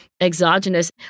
exogenous